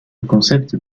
concept